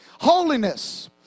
Holiness